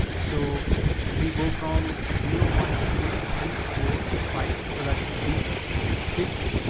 so we go from zero one, two, three, four, five. so that should be six,